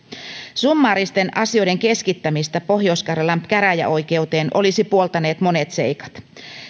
summaaristen asioiden keskittämistä pohjois karjalan käräjäoikeuteen olisivat puoltaneet monet seikat